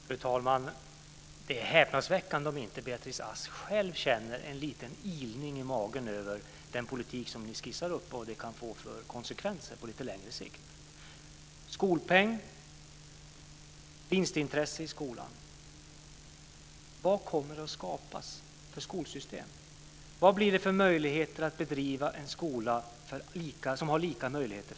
Fru talman! Det är häpnadsväckande om inte Beatrice Ask själv känner en liten ilning i magen när det gäller den politik som ni skissar upp och vad den kan få för konsekvenser på lite längre sikt. Det handlar om skolpeng och vinstintresse i skolan. Vilket skolsystem kommer att skapas? Vad blir det för möjligheter att bedriva en skola som ger alla lika möjligheter?